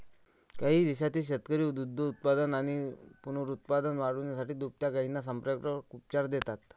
काही देशांतील शेतकरी दुग्धोत्पादन आणि पुनरुत्पादन वाढवण्यासाठी दुभत्या गायींना संप्रेरक उपचार देतात